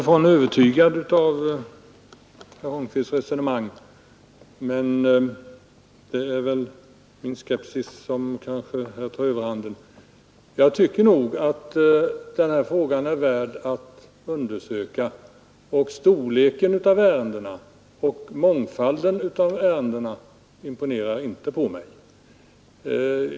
resonemang, men det är kanske min skepsis som här tar överhanden. Jag tycker nog att denna fråga är värd att undersöka, och storleken och mångfalden av ärendena imponerar inte på mig.